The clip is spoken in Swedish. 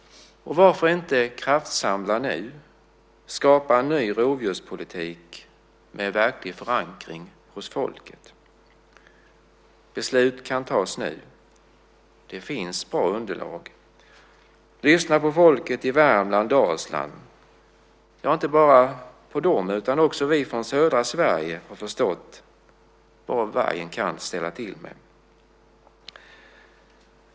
Varför inte kraftsamla nu och skapa en ny rovdjurspolitik med verklig förankring hos folket? Beslut kan tas nu. Det finns bra underlag. Lyssna på folket i Värmland och Dalsland, och inte bara på dem för också vi från södra Sverige har förstått vad vargen kan ställa till med.